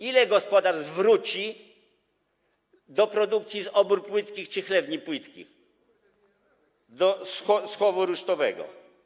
Ile gospodarstw wróci do produkcji z obór płytkich czy chlewni płytkich, z chowu rusztowego?